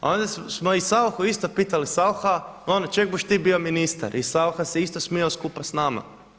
A onda smo i Sauchu isto pitali Saucha ono čeg buš ti bio ministar i Saucha se isto smijao skupa sa nama.